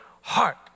heart